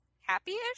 happy-ish